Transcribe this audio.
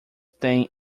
tem